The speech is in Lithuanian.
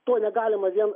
to negalima vien